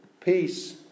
Peace